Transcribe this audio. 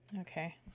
Okay